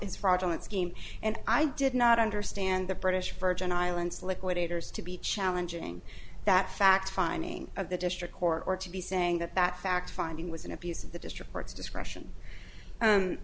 scheme and i did not understand the british virgin islands liquidators to be challenging that fact finding of the district court or to be saying that that fact finding was an abuse of the district court's discretion